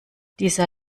dieser